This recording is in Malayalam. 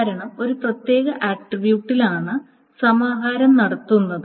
കാരണം ഒരു പ്രത്യേക ആട്രിബ്യൂട്ടിൽ ആണ് സമാഹരണം നടത്തുന്നത്